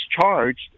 charged